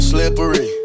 Slippery